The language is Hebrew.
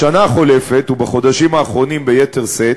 בשנה החולפת, ובחודשים האחרונים ביתר שאת,